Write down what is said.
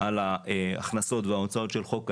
על ההכנסות וההוצאות של חוק העזר,